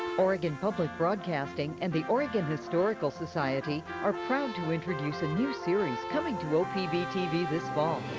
oregon public broadcasting and the oregon historical society are proud to introduce a new series coming to opb tv tv this fall.